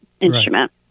instrument